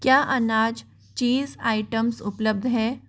क्या अनाज चीज़ आइटम्स उपलब्ध हैं